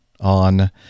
on